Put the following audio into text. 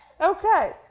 Okay